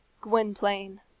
Gwynplaine